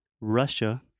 Russia